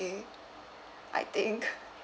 ~ay I think